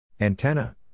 Antenna